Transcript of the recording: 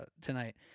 tonight